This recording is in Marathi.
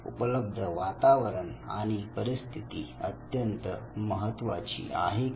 उपलब्ध वातावरण आणि परिस्थिती अत्यंत महत्त्वाची आहे का